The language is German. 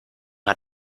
hat